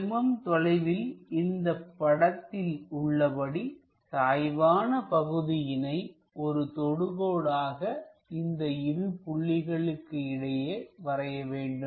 70mm தொலைவில் இந்தப் படத்தில் உள்ளபடி சாய்வான பகுதியினை ஒரு தொடுகோடு ஆக இந்த இரு புள்ளிகளுக்கு இடையே வரைய வேண்டும்